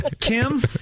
Kim